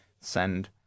send